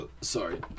Sorry